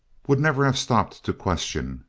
would never have stopped to question,